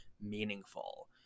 meaningful